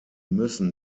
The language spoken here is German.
müssen